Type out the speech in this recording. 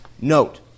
Note